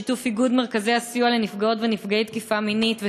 בשיתוף איגוד מרכזי הסיוע לנפגעות ונפגעי תקיפה מינית,